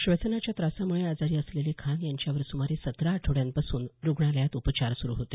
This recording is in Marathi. श्वसनाच्या त्रासामुळे आजारी असलेले खान यांच्यावर सुमारे सतरा आठवड्यांपासून रुग्णालयात उपचार सुरू होते